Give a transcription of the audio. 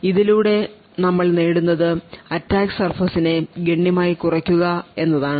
ഇതിലൂടെ ഞങ്ങൾ നേടുന്നത് attack surface നെ ഗണ്യമായി കുറയ്ക്കുക എന്നതാണ്